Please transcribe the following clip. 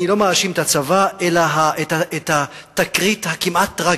אני לא מאשים את הצבא אלא את התקרית הכמעט-טרגית,